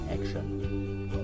action